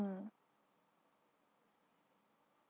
mm